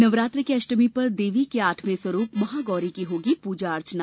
नवरात्रि की अष्टमी पर देवी के आठवें स्वरूप महागौरी की होगी प्रजा अर्चना